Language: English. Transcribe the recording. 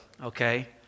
okay